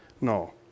no